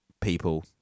people